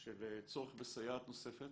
של צורך בסייעת נוספת.